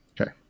Okay